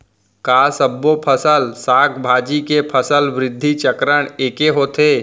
का सबो फसल, साग भाजी के फसल वृद्धि चरण ऐके होथे?